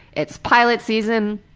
it's pilot season.